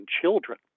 children